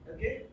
Okay